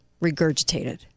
regurgitated